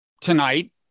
tonight